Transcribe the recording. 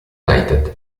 united